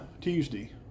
Tuesday